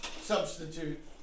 substitute